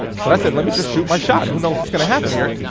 so i said, let me just shoot my shot. who knows what's gonna happen here.